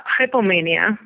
hypomania